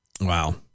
Wow